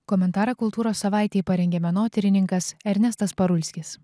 komentarą kultūros savaitei parengė menotyrininkas ernestas parulskis